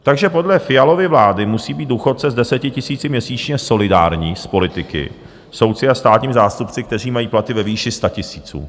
Takže podle Fialovy vlády musí být důchodce s 10 000 měsíčně solidární s politiky, soudci a státními zástupci, kteří mají platy ve výši statisíců.